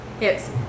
Yes